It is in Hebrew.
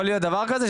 יכול להיות דבר כזה?